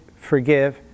forgive